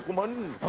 one